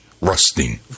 rusting